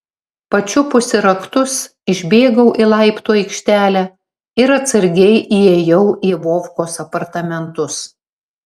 pačiupusi raktus išbėgau į laiptų aikštelę ir atsargiai įėjau į vovkos apartamentus